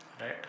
Right